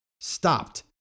stopped